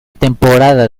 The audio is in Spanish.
temporada